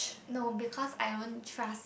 no because I won't trust